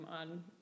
on